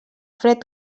fred